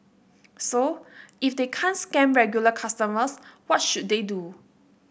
so if they can't scam regular consumers what should they do